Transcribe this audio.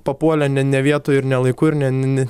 papuolė ne ne vietoj ir ne laiku ir ne ne